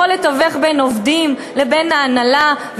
יכול לתווך בין עובדים לבין ההנהלה,